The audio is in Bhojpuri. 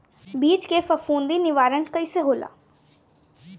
बीज के फफूंदी निवारण कईसे होला?